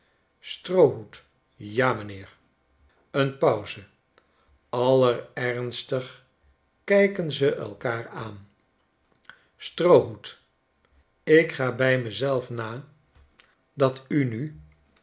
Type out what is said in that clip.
stroohoed ja m'nheer een pauze allerernstigst kijken zeelkaar aan stroohoed ik ga bij me zelf na dat u nu